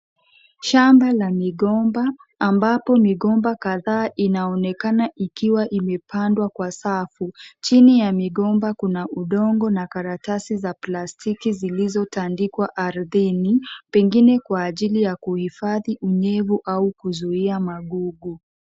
Shamba la migomba, ambapo migomba kadhaa inaonekana ikiwa imepandwa kwa safu. Chini ya migomba, kuna udongo na karatasi za plastiki zilizotandikwa ardhini. Pengine kwa ajili ya kuhifadhi unyevu au kuzuia magugu.